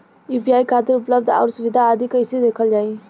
UPI खातिर उपलब्ध आउर सुविधा आदि कइसे देखल जाइ?